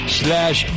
slash